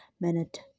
minute